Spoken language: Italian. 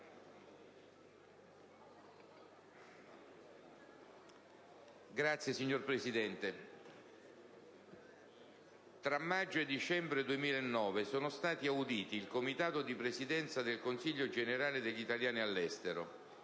ringrazio, signor Presidente. Tra maggio e dicembre 2009 sono stati auditi il Comitato di Presidenza del Consiglio generale degli italiani all'estero;